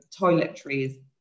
toiletries